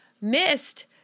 missed